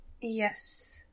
Yes